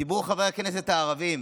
דיברו חברי הכנסת הערבים